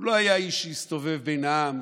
הוא לא היה איש שהסתובב בין העם.